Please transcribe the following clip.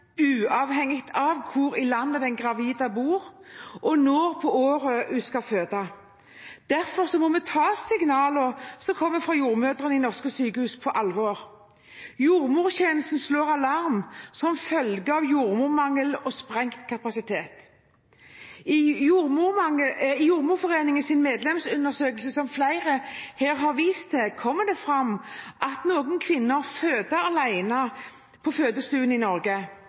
uavhengig av hvor i landet den gravide bor, og når på året hun skal føde. Derfor må vi ta signalene som kommer fra jordmødrene i norske sykehus, på alvor. Jordmortjenesten slår alarm som følge av jordmormangel og sprengt kapasitet. I Jordmorforbundets medlemsundersøkelse, som flere her har vist til, kommer det fram at noen kvinner føder alene på fødestuene i Norge.